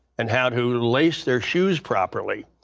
and how to lace their shoes properly,